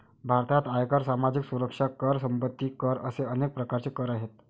भारतात आयकर, सामाजिक सुरक्षा कर, संपत्ती कर असे अनेक प्रकारचे कर आहेत